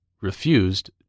refused